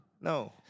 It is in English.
No